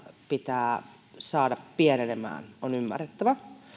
pitää saada pienenemään on ymmärrettävä